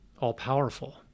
all-powerful